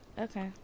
Okay